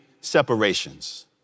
separations